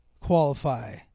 qualify